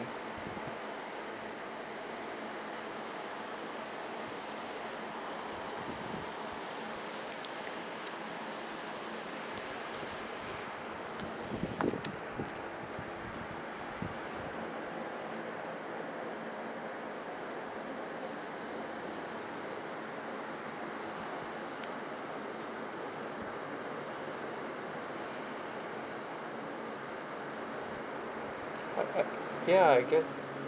ya I guess